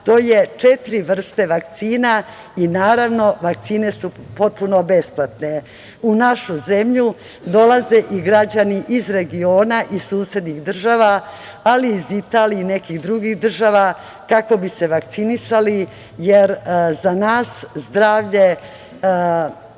to su četiri vrste vakcina, i naravno, vakcine su potpuno besplatne. U našu zemlju dolaze i građani iz regiona, iz susednih država, ali i iz Italije i nekih drugih država, kako bi se vakcinisali, jer za nas zdravlje